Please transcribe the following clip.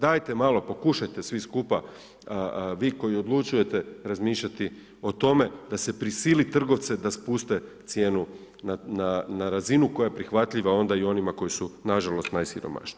Dajte malo pokušajte svi skupa vi koji odlučujete razmišljati o tome da se prisili trgovce da se spuste cijenu na razinu koja je prihvatljiva onda i onima koji su nažalost najsiromašniji.